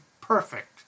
perfect